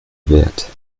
wert